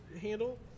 handle